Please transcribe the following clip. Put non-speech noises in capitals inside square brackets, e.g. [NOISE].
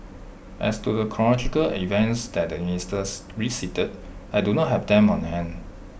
as to the [UNINTELLIGIBLE] of events that the ministers recited I do not have them on hand